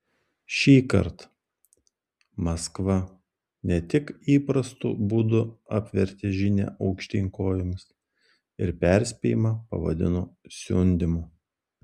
šįkart maskva ne tik įprastu būdu apvertė žinią aukštyn kojomis ir perspėjimą pavadino siundymu